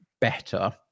better